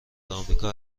آمریکا